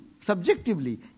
subjectively